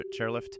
chairlift